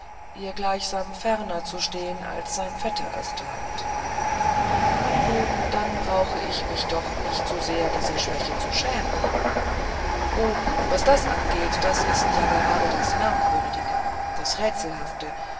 ihr gleichsam ferner zu stehen als sein vetter es tat nun dann brauche ich mich doch nicht zu sehr dieser schwäche zu schämen o was das angeht das ist ja gerade das merkwürdige das rätselhafte